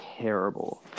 terrible